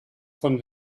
von